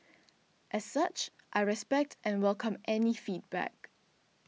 as such I respect and welcome any feedback